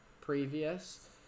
previous